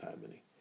family